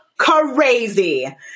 crazy